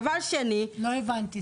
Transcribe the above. דבר שני --- לא הבנתי,